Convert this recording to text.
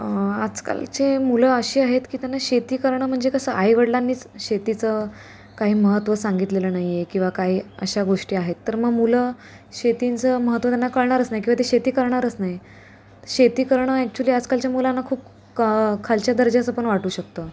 आजकालचे मुलं अशी आहेत की त्यांना शेती करणं म्हणजे कसं आई वडलांनीच शेतीचं काही महत्व सांगितलेलं नाही आहे किंवा काही अशा गोष्टी आहेत तर मग मुलं शेतीचं महत्व त्यांना कळणारच नाही किंवा ते शेती करणारच नाही शेती करणं ॲक्चुअली आजकालच्या मुलांना खूप का खालच्या दर्जाचं पण वाटू शकतं